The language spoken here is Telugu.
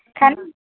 కానీ